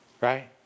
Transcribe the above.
right